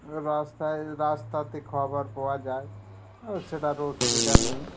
রাস্তায় রাস্তাতে খাবার পাওয়া যায় সেটারও অসুবিধা নেই